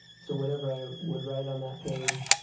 so whatever i would write on that page,